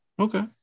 Okay